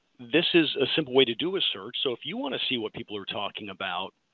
this is a simple way to do a search. so if you want to see what people are talking about,